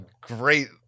great